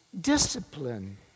discipline